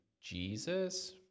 Jesus